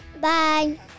Bye